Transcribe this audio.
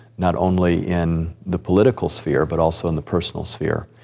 not only in the political sphere, but also in the personal sphere.